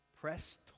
Press